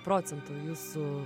procentų jūsų